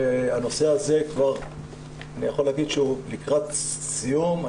הנושא הזה, אני יכול להגיד שהוא כבר לקראת סיום.